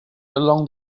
along